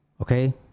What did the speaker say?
Okay